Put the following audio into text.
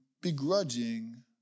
begrudging